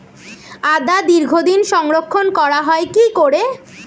আদা দীর্ঘদিন সংরক্ষণ করা হয় কি করে?